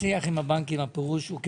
מה פירוש?